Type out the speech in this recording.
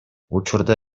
учурда